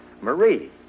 Marie